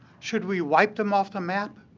should we wiped them off the map,